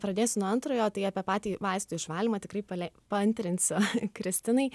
pradėsiu nuo antrojo tai apie patį vaistų išvalymą tikrai palei paantrinsiu kristinai